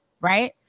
right